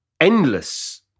endless